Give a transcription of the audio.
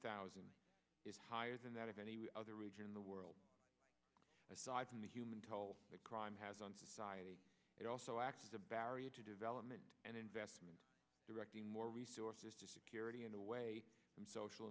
thousand is higher than that of any other region in the world aside from the human toll the crime has on society it also acts as a barrier to development and investment directing more resource just security and away from social